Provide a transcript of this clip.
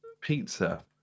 Pizza